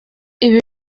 ibi